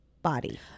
body